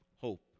hope